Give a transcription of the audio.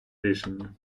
рішення